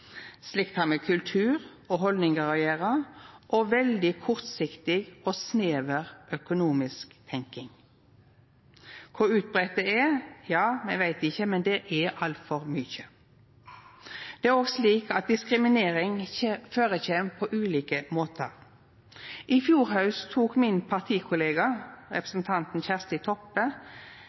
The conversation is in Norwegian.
Slikt har med kultur og haldningar å gjera, og med veldig kortsiktig og snever økonomisk tenking. Kor utbreidd det er, veit me ikkje, men det er altfor mykje. Det er òg slik at diskriminering førekjem på ulike måtar. I fjor haust tok min partikollega, representanten Kjersti Toppe,